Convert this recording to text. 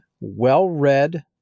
well-read